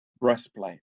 breastplate